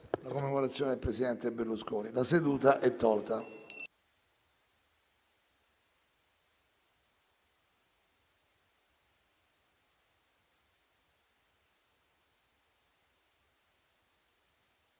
La seduta è tolta